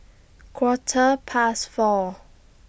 Quarter Past four